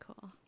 cool